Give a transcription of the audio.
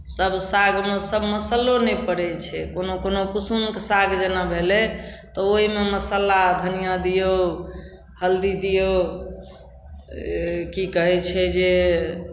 सभ सागमे सभ मसालो नहि पड़ै छै कोनो कोनो कुसुमके साग जेना भेलै तऽ ओहिमे मसाला धनिया दियौ हल्दी दियौ की कहै छै जे